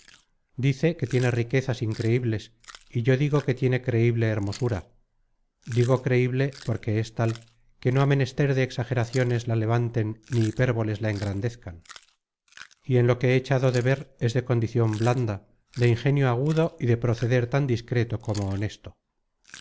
dice que tiene riquezas in creibles y yo digo que tiene creible hermosura digo creible porque es tal que no ha menester que exageraciones la levanten ni hiperboles la engrandezcan y en lo que he echado de ver es de condicion blanda de ingenio agudo y de proceder tan discreto como honesto